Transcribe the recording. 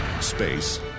space